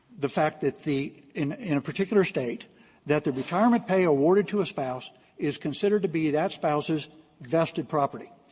the fact that the in in a particular state that the retirement pay awarded to a spouse is considered to be that spouse's vested property.